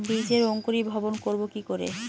বীজের অঙ্কুরিভবন করব কি করে?